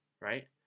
right